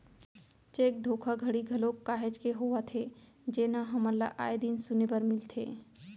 cheque धोखाघड़ी घलोक काहेच के होवत हे जेनहा हमन ल आय दिन सुने बर मिलथे